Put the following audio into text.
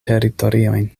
teritoriojn